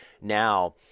now